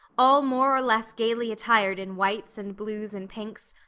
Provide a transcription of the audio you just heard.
all more or less gaily attired in whites and blues and pinks,